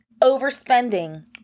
overspending